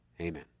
Amen